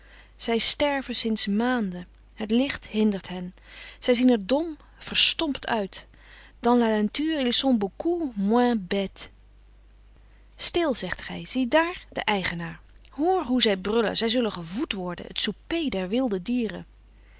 zij sterven sinds maanden het licht hindert hen zij zien er dom verstompt uit dans la nature ils sont beaucoup moins bêtes stil zegt gij zie daar den eigenaar hoor hoe zij brullen zij zullen gevoed worden het souper der wilde dieren